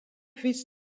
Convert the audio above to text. his